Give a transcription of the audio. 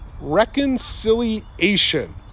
reconciliation